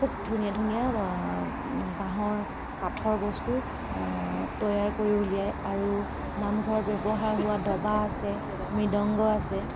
খুব ধুনীয়া ধুনীয়া বাঁহৰ কাঠৰ বস্তু তৈয়াৰ কৰি উলিয়ায় আৰু নামঘৰৰ ব্যৱহাৰ হোৱা দবা আছে মৃদংগ আছে